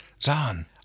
Zan